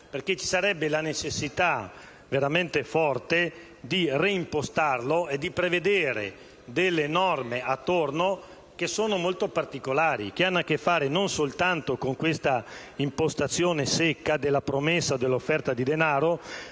Ci sarebbe la necessità forte di reimpostarlo e di prevedere delle norme attorno ad esso molto particolari, che hanno a che fare non soltanto con l'impostazione secca della promessa o dell'offerta di denaro.